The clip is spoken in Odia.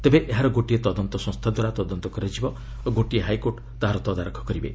ତେବେ ଏହାର ଗୋଟିଏ ତଦନ୍ତ ସଂସ୍ଥାଦ୍ୱାରା ତଦନ୍ତ କରାଯିବ ଓ ଗୋଟିଏ ହାଇକୋର୍ଟ ତାହାର ତଦାରଖ କରିବେ